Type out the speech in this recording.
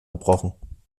gebrochen